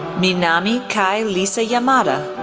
minami kai lisa yamada,